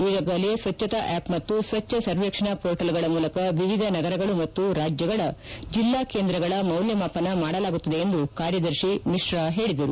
ಈಗಾಗಲೇ ಸ್ವಚ್ಛತಾ ಆ್ಕಪ್ ಮತ್ತು ಸ್ವಚ್ಛ ಸರ್ವೇಕ್ಷಣಾ ಮೋರ್ಟಲ್ಗಳ ಮೂಲಕ ವಿವಿಧ ನಗರಗಳು ಮತ್ತು ರಾಜ್ಜಗಳ ಜಿಲ್ಲಾ ಕೇಂದ್ರಗಳ ಮೌಲ್ಡಮಾಪನ ಮಾಡಲಾಗುತ್ತದೆ ಎಂದು ಕಾರ್ಯದರ್ಶಿ ಮಿಶ್ರಾ ಹೇಳಿದರು